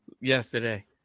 yesterday